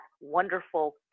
wonderful